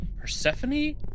Persephone